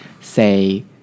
say